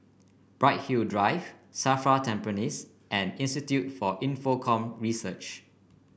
Bright Hill Drive Safra Tampines and Institute for Infocomm Research